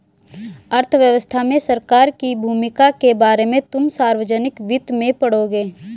अर्थव्यवस्था में सरकार की भूमिका के बारे में तुम सार्वजनिक वित्त में पढ़ोगे